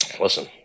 Listen